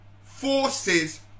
forces